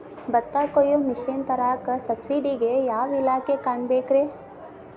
ಭತ್ತ ಕೊಯ್ಯ ಮಿಷನ್ ತರಾಕ ಸಬ್ಸಿಡಿಗೆ ಯಾವ ಇಲಾಖೆ ಕಾಣಬೇಕ್ರೇ?